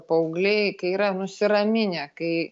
paaugliai yra nusiraminę kai